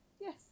yes